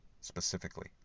specifically